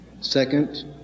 second